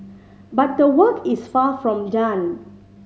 but the work is far from done